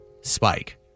Spike